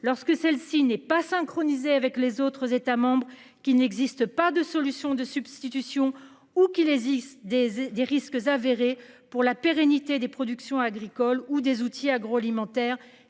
Lorsque celle-ci n'est pas synchronisée avec les autres États membres qui n'existe pas de solution de substitution ou qu'il existe des et des risques avérés pour la pérennité des productions agricoles ou des outils agroalimentaire